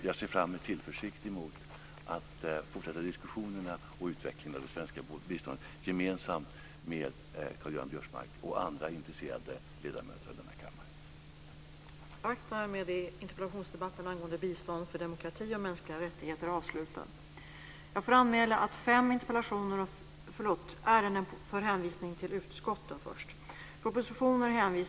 Jag ser med tillförsikt framemot att fortsätta diskussionerna och utvecklingen av det svenska biståndet tillsammans med Karl-Göran Biörsmark och andra intresserade ledamöter av denna kammare.